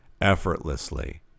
effortlessly